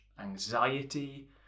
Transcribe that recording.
Anxiety